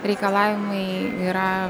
reikalavimai yra